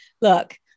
look